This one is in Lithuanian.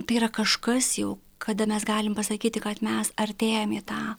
tai yra kažkas jau kada mes galim pasakyti kad mes artėjam į tą